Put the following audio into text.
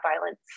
violence